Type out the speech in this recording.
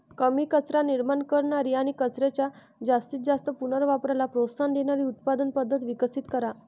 कमी कचरा निर्माण करणारी आणि कचऱ्याच्या जास्तीत जास्त पुनर्वापराला प्रोत्साहन देणारी उत्पादन पद्धत विकसित करा